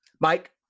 Mike